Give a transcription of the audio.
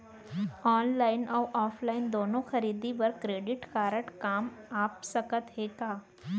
Online अऊ offline दूनो खरीदी बर क्रेडिट कारड काम आप सकत हे का?